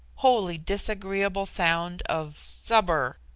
wholly disagreeable, sound of subber.